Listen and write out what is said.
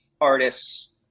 artists